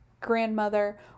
grandmother